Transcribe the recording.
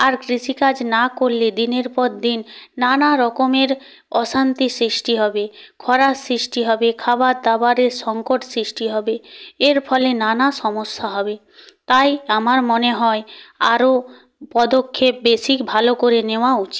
আর কৃষিকাজ না করলে দিনের পর দিন নানা রকমের অশান্তি সৃষ্টি হবে খরার সৃষ্টি হবে খাবার দাবারের সংকট সৃষ্টি হবে এর ফলে নানা সমস্যা হবে তাই আমার মনে হয় আরও পদক্ষেপ বেশি ভালো করে নেওয়া উচিৎ